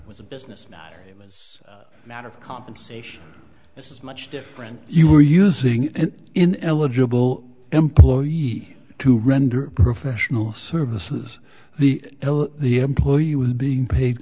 was a business matter it was a matter of compensation this is much different you were using it in eligible employees to render professional services the the employee would be paid